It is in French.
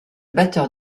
batteur